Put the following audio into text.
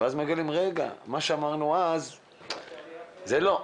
שמה שאמרו אז זה לא.